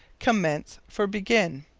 commence for begin.